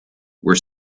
were